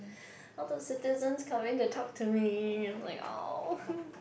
all the citizens coming to talk to me like !aww!